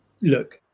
look